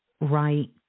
right